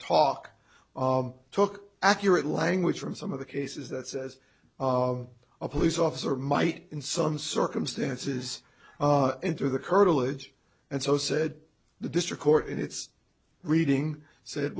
talk took accurate language from some of the cases that says a police officer might in some circumstances enter the curtilage and so said the district court in its reading said